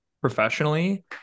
professionally